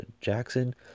Jackson